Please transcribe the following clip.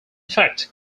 fact